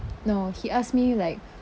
no he ask me like